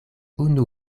unu